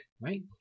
Right